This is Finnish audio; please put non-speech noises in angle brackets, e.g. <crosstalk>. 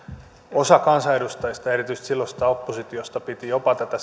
osa kansanedustajista ja erityisesti silloisesta oppositiosta piti jopa tätä <unintelligible>